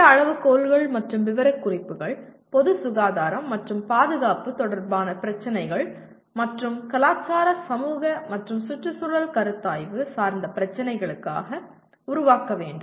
இந்த அளவுகோல்கள் மற்றும் விவரக்குறிப்புகள் பொது சுகாதாரம் மற்றும் பாதுகாப்பு தொடர்பான பிரச்சினைகள் மற்றும் கலாச்சார சமூக மற்றும் சுற்றுச்சூழல் கருத்தாய்வு சார்ந்த பிரச்சனைகளுக்காக உருவாக்க வேண்டும்